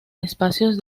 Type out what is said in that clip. espacios